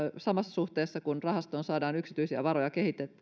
samassa suhteessa kun rahastoon saadaan yksityisiä varoja